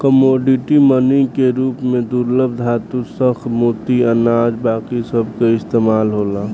commodity money के रूप में दुर्लभ धातु, शंख, मोती, अनाज बाकी सभ के इस्तमाल होला